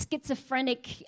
schizophrenic